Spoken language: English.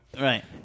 Right